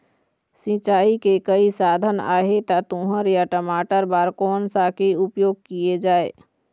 सिचाई के कई साधन आहे ता तुंहर या टमाटर बार कोन सा के उपयोग किए जाए?